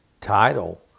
title